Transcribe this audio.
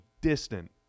distant